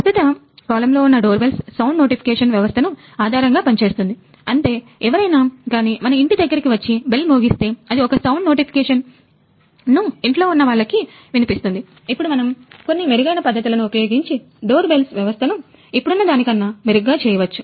ప్రస్తుత కాలంలో ఉన్న డోర్ బెల్స్ సౌండ్ నోటిఫికేషన్ వ్యవస్థను ఇప్పుడున్న దానికన్నా మెరుగ్గా చేయవచ్చు